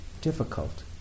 difficult